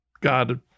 God